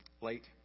late